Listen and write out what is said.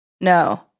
no